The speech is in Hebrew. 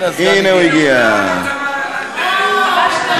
אני קובע שזה יועבר לוועדת החינוך.